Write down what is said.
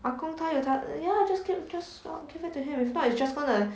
阿公他有他的 ya just give just st~ just give it to him if not it's just going to